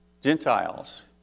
Gentiles